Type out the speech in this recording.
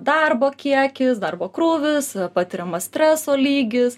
darbo kiekis darbo krūvis patiriamas streso lygis